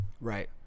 Right